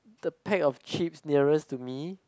the pack of chips nearest to me